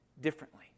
differently